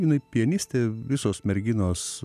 jinai pianistė visos merginos